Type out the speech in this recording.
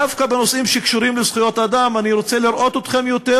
דווקא בנושאים שקשורים לזכויות אדם אני רוצה לראות אתכם יותר,